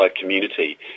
community